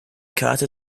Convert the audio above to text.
karte